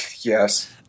Yes